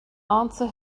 answer